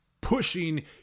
pushing